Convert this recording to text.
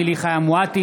אמילי חיה מואטי,